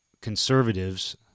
conservatives